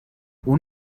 اون